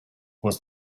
was